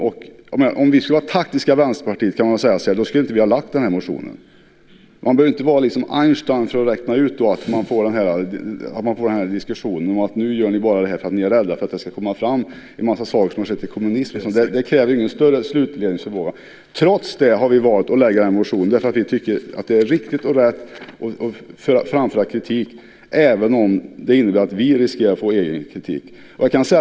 Om vi i Vänsterpartiet ville vara taktiska skulle vi inte ha väckt den här motionen. Man behöver inte vara Einstein för att räkna ut att man får en diskussion om att vi gör det här bara för att vi är rädda för att det ska komma fram en massa saker som har skett under kommunismen. Det kräver ingen större slutledningsförmåga. Trots det har vi valt att väcka den här motionen, därför att vi tycker att det är riktigt och rätt att framföra kritik även om det innebär att vi riskerar att få egen kritik.